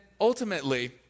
ultimately